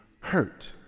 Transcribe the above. hurt